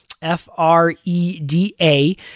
F-R-E-D-A